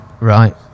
right